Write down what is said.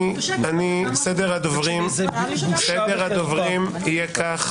סדר הדוברים יהיה כך